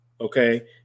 okay